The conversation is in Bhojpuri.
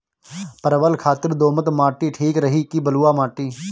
परवल खातिर दोमट माटी ठीक रही कि बलुआ माटी?